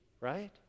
right